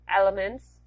elements